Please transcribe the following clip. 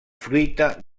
fruita